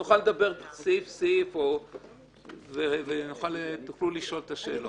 נוכל לדבר סעיף-סעיף ותוכלו לשאול את השאלות.